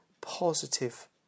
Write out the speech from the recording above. positive